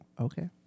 Okay